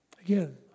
Again